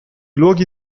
luoghi